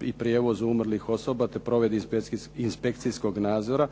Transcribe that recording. i prijevozu umrlih osoba te provedbi inspekcijskog nadzora